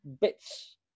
bits